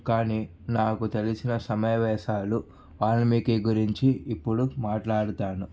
కానీ నాకు తెలిసిన సమావేశాలు వాల్మీకి గురించి ఇప్పుడు మాట్లాడుతాను